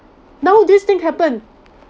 now this thing happened